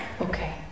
Okay